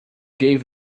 gave